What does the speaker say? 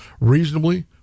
reasonably